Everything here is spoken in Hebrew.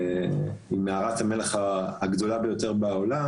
יש בו את מערת המלח הגדולה בעולם.